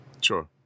Sure